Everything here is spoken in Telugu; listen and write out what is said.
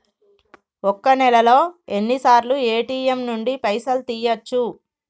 ఒక్క నెలలో ఎన్నిసార్లు ఏ.టి.ఎమ్ నుండి పైసలు తీయచ్చు?